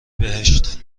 بهشت